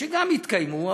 שגם התקיימו,